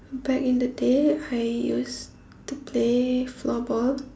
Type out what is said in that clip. back in the day I used to play floorball